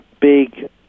big